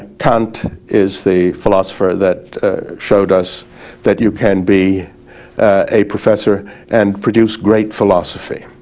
kant is the philosopher that showed us that you can be a professor and produce great philosophy.